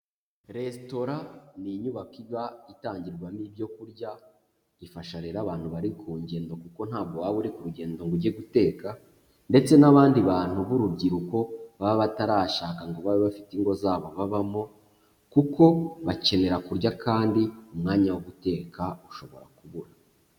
Resitora ni inyubako iba itangirwamo ibyo kurya, ifasha rero abantu bari ku ngendo kuko ntabwo waba uri kurugendo ngo ujye guteka, ndetse n'abandi bantu b'urubyiruko baba batarashaka ngo babe bafite ingo zabo babamo, kuko bakenera kurya kandi umwanya wo guteka ushobora kubura.